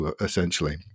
essentially